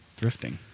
thrifting